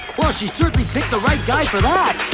she certainly picked the right guy for that.